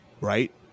right